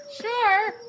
sure